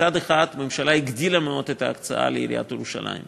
מצד אחד הממשלה הגדילה מאוד מאוד את ההקצאה השוטפת לעיריית ירושלים.